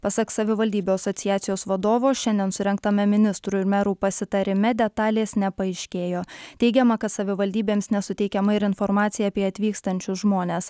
pasak savivaldybių asociacijos vadovo šiandien surengtame ministrų ir merų pasitarime detalės nepaaiškėjo teigiama kad savivaldybėms nesuteikiama ir informacija apie atvykstančius žmones